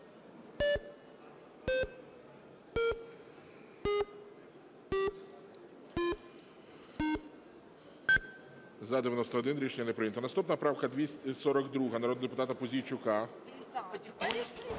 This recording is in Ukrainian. За-78 Рішення не прийнято. Наступна правка 316 народного депутата Гнатенка.